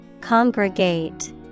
Congregate